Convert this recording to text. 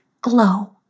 glow